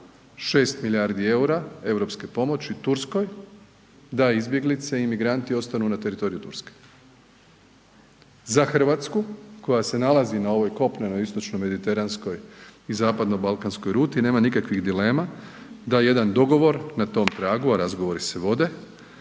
6 milijardi EUR-a europske pomoći Turskoj da izbjeglice i imigranti ostanu na teritoriju Turske. Za RH koja se nalazi na ovoj kopnenoj istočno mediteranskoj i zapadno balkanskoj ruti nema nikakvih dilema da jedan dogovor na tom tragu, a razgovori se vode,